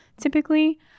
typically